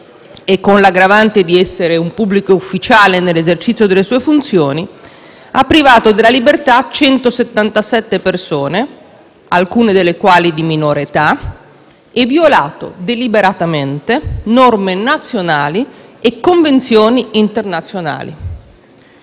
e con l'aggravante di essere un pubblico ufficiale nell'esercizio delle sue funzioni, ha privato della libertà 177 persone, alcune delle quali di minore età, e violato deliberatamente norme nazionali e convenzioni internazionali.